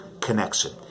connection